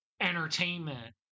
entertainment